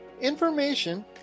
information